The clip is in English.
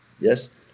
Yes